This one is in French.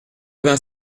vingt